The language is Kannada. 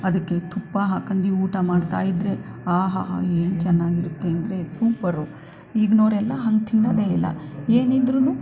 ಅದಕ್ಕೆ ತುಪ್ಪ ಹಾಕೊಂಡು ಊಟ ಮಾಡ್ತಾಯಿದ್ದರೆ ಆಹಾಹಾ ಏನು ಚೆನ್ನಾಗಿರುತ್ತೆ ಅಂದರೆ ಸೂಪರು ಈಗಿನವ್ರೆಲ್ಲ ಹಂಗೆ ತಿನ್ನೋದೆ ಇಲ್ಲ ಏನಿದ್ರೂ